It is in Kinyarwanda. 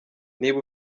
niba